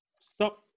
Stop